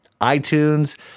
iTunes